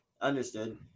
understood